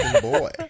boy